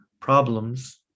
problems